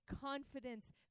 confidence